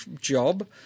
job